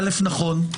נכון.